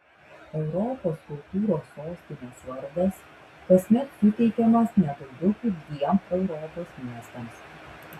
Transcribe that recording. europos kultūros sostinės vardas kasmet suteikiamas ne daugiau kaip dviem europos miestams